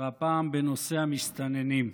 והפעם בנושא המסתננים.